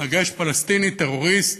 מתנקש פלסטיני, טרוריסט.